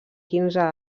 quinze